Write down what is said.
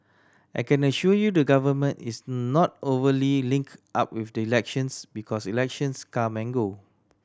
I can assure you the Government is not overly linked up with the elections because elections come and go